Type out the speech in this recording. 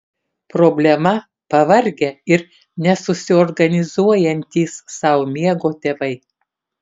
problema pavargę ir nesusiorganizuojantys sau miego tėvai